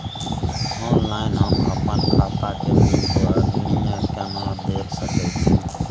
Online हम अपन खाता के विवरणी केना देख सकै छी?